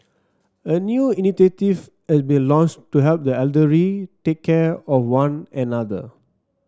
a new initiative has been launched to help the elderly take care of one another